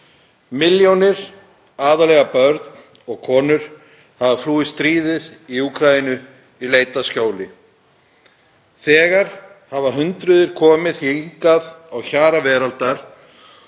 Milljónir, aðallega börn og konur, hafa flúið stríðið í Úkraínu í leit að skjóli. Þegar hafa hundruð komið hingað á hjara veraldar